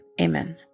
Amen